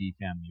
family